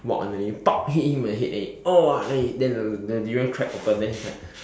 walk under it then it pop hit him on the head then he !wah! then he then the the durian crack open then he's like